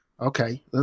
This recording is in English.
Okay